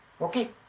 Okay